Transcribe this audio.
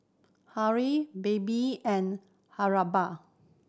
Hurley Bebe and Haribo